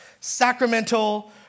Sacramental